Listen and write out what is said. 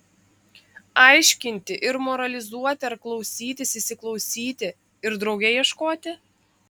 aiškinti ir moralizuoti ar klausytis įsiklausyti ir drauge ieškoti